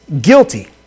guilty